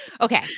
Okay